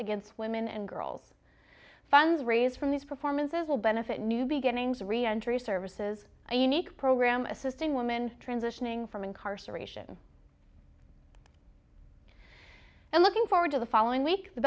against women and girls fundraise from these performances will benefit new beginnings re entry services a unique program assisting women transitioning from incarceration and looking forward to the following week the